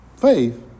faith